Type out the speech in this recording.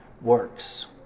works